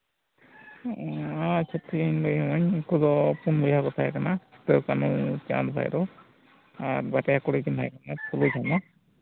ᱟᱪᱪᱷᱟ ᱴᱷᱤᱠᱜᱮᱭᱟ ᱩᱱᱠᱩ ᱫᱚ ᱯᱩᱱ ᱵᱚᱭᱦᱟ ᱠᱚ ᱛᱟᱦᱮᱸᱠᱟᱱᱟ ᱥᱤᱫᱩ ᱠᱟᱹᱱᱩ ᱪᱟᱸᱫᱽ ᱵᱷᱳᱭᱨᱳ ᱟᱨ ᱵᱟᱨᱭᱟ ᱠᱩᱲᱤ ᱠᱤᱱ ᱛᱟᱦᱮᱸᱠᱟᱱᱟ ᱯᱷᱩᱞᱳ ᱡᱷᱟᱱᱚ